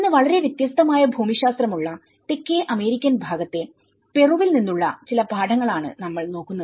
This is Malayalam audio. ഇന്ന്വളരെ വ്യത്യസ്തമായ ഭൂമിശാസ്ത്രം ഉള്ള തെക്കേ അമേരിക്കൻ ഭാഗത്തെ പെറു വിൽ നിന്നുള്ള ചില പാഠങ്ങൾ ആണ് നമ്മൾ നോക്കുന്നത്